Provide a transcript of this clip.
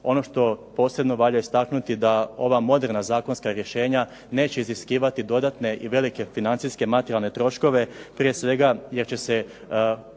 Ono što posebno valja istaknuti da ova moderna zakonska rješenja neće iziskivati dodatne i velike financijske materijalne troškove. Prije svega jer će se